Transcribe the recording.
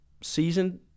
season